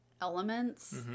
elements